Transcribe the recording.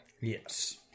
Yes